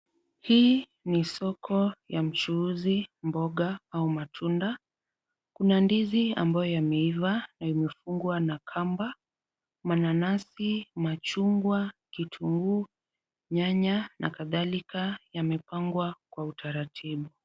Hii ni soko ya mchuuzi mboga au matunda, kuna ndizi ambayo yameiva na imefungwa na kamba, mananasi, machungwa, kitunguu, nyanya na kadhalika yamepangwa kwa utaratibu.